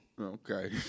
Okay